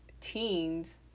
teens